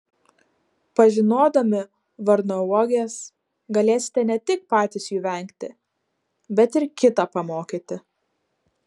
pažinodami varnauoges galėsite ne tik patys jų vengti bet ir kitą pamokyti